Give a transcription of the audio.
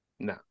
No